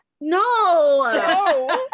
No